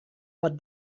bat